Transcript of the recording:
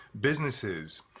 businesses